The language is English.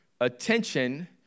Attention